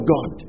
God